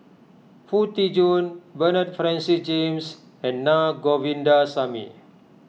Foo Tee Jun Bernard Francis James and Naa Govindasamy